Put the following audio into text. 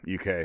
UK